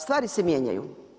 Stvari se mijenjaju.